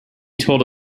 told